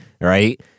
right